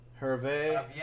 Hervé